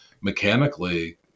mechanically